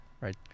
right